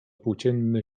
płóciennej